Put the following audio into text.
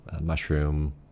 mushroom